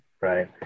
Right